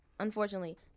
Unfortunately